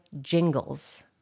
jingles